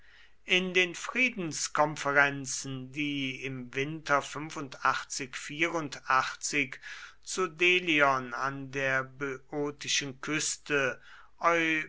in den friedenskonferenzen die im winter zu delion an der böotischen küste